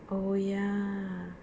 oh ya